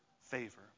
favor